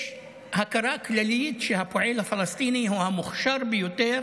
יש הכרה כללית שהפועל הפלסטיני הוא המוכשר ביותר